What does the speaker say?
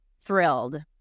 thrilled